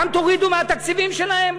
גם תורידו מהתקציבים שלהם?